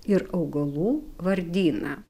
ir augalų vardyną